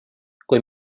kui